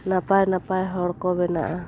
ᱱᱟᱯᱟᱭ ᱱᱟᱯᱟᱭ ᱦᱚᱲ ᱠᱚ ᱵᱮᱱᱟᱜᱼᱟ